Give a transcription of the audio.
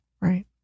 Right